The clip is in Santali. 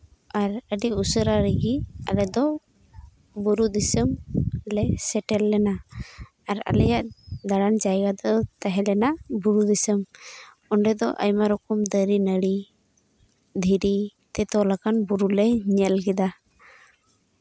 ᱟᱨ ᱟᱹᱰᱤ ᱩᱥᱟᱹᱨᱟ ᱨᱮᱜᱮ ᱟᱞᱮ ᱫᱚ ᱵᱩᱨᱩ ᱫᱤᱥᱚᱢᱞᱮ ᱥᱮᱴᱮᱨ ᱞᱮᱱᱟ ᱟᱨ ᱟᱞᱮᱭᱟᱜ ᱫᱟᱬᱟᱱ ᱡᱟᱭᱜᱟ ᱫᱚ ᱛᱟᱦᱮᱸ ᱞᱮᱱᱟ ᱵᱩᱨᱩ ᱫᱤᱥᱚᱢ ᱚᱸᱰᱮ ᱫᱚ ᱟᱭᱢᱟ ᱨᱚᱠᱚᱢ ᱫᱟᱨᱮ ᱱᱟᱹᱲᱤ ᱫᱷᱤᱨᱤ ᱛᱮ ᱛᱚᱞ ᱟᱠᱟᱱ ᱵᱩᱨᱩᱞᱮ ᱧᱮᱞ ᱠᱮᱫᱟ